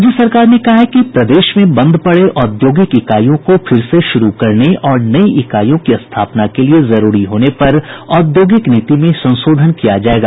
राज्य सरकार ने कहा है कि प्रदेश में बंद पड़े औद्योगिक इकाईयों को फिर से शुरू करने और नई इकाईयों की स्थापना के लिए जरूरी होने पर औद्योगिक नीति में संशोधन किया जायेगा